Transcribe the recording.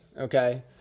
okay